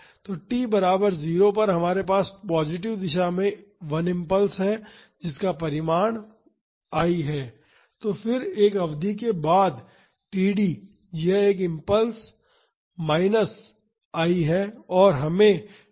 तो t बराबर 0 पर हमारे पास पॉजिटिव दिशा में 1 इम्पल्स है और जिसका परिमाण I है फिर एक अवधि के बाद td यह एक और इम्पल्स माइनस I है